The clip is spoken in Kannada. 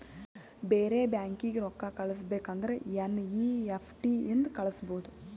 ಬೇರೆ ಬ್ಯಾಂಕೀಗಿ ರೊಕ್ಕಾ ಕಳಸ್ಬೇಕ್ ಅಂದುರ್ ಎನ್ ಈ ಎಫ್ ಟಿ ಇಂದ ಕಳುಸ್ಬೋದು